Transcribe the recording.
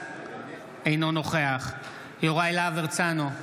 אינו נוכח יוראי להב הרצנו,